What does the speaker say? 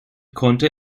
konnte